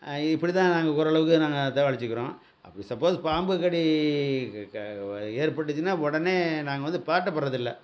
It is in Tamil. இப்படி தான் நாங்கள் ஓரளவுக்கு நாங்கள் தபாலிச்சுக்கிறோம் அப்படி சப்போஸ் பாம்பு கடி ஏற்பட்டுச்சுன்னால் உடனே நாங்கள் வந்து பதட்டப்படுறதுல்லை